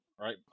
right